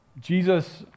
Jesus